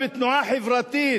אתה בתנועה חברתית